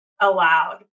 allowed